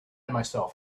myself